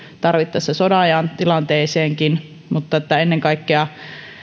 tarvittaessa sodanajan tilanteeseenkin mutta ennen kaikkea